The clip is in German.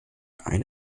eine